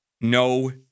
no